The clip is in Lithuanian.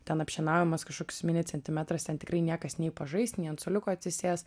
ten apšienaujamas kažkoks mini centimetras ten tikrai niekas nei pažais nei ant suoliuko atsisės